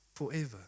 forever